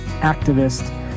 activist